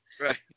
Right